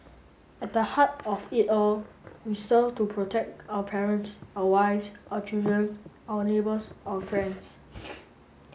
at the heart of it all we serve to protect our parents our wives our children our neighbours our friends